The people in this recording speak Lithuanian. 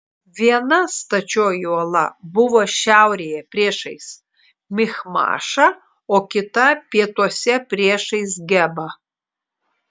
viena stačioji uola buvo šiaurėje priešais michmašą o kita pietuose priešais gebą